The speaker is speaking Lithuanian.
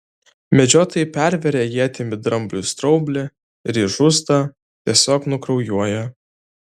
medžiotojai perveria ietimi drambliui straublį ir jis žūsta tiesiog nukraujuoja